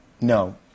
No